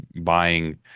buying